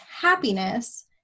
happiness